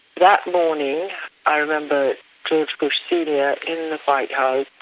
that morning i remember george bush senior in the white house,